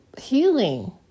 healing